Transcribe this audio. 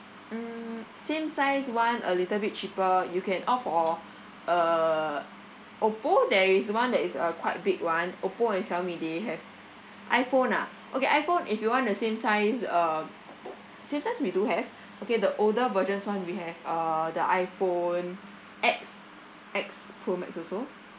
mm same size one a little bit cheaper you can opt for uh oppo there is one that is uh quite big one oppo and xiao mi they have iphone ah okay iphone if you want the same size um same size we do have okay the older versions one we have uh the iphone X X pro max also